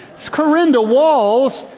it's karynda walls!